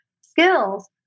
skills